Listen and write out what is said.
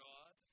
God